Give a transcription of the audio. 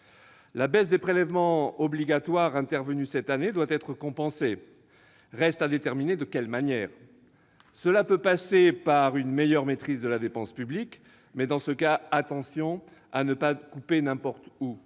La baisse des prélèvements obligatoires intervenue cette année doit être compensée. Reste à déterminer de quelle manière. Cela peut passer par une meilleure maîtrise de la dépense publique. Toutefois, attention à ne pas couper n'importe où